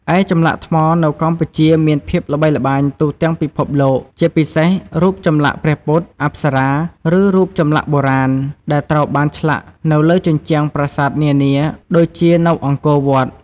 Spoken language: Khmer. ឯចម្លាក់ថ្មនៅកម្ពុជាមានភាពល្បីល្បាញទូទាំងពិភពលោក ជាពិសេស រូបចម្លាក់ព្រះពុទ្ធ អប្សរា ឬរូបចម្លាក់បុរាណ ដែលត្រូវបានឆ្លាក់នៅលើជញ្ជាំងប្រាសាទនានាដូចជានៅអង្គរវត្ត។